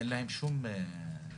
אין להם שום זכויות,